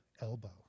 elbow